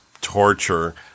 torture